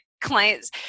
clients